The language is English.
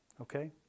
Okay